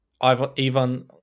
Ivan